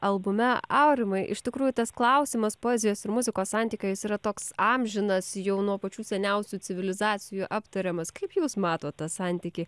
albume aurimai iš tikrųjų tas klausimas poezijos ir muzikos santykio jis yra toks amžinas jau nuo pačių seniausių civilizacijų aptariamas kaip jūs matot tą santykį